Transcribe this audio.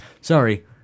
sorry